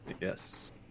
Yes